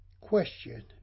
question